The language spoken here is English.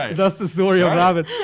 ah that's the story of rabbit.